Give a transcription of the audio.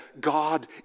God